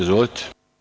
Izvolite.